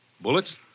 Bullets